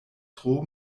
tro